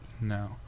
No